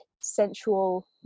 sensual